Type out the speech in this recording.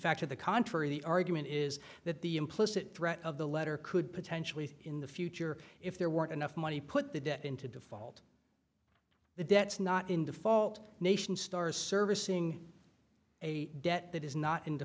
fact to the contrary the argument is that the implicit threat of the letter could potentially in the future if there weren't enough money put the debt into default the debts not in default nation star servicing a debt that is not in